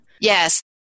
Yes